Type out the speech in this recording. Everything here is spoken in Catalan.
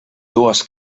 dues